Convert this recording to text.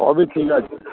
সবই ঠিক আছে